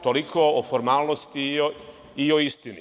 Toliko o formalnosti i o istini.